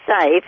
safe